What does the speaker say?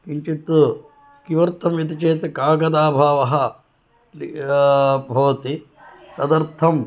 किञ्चित् किमर्थम् इति चेत् कागदाभावः भवति तदर्थं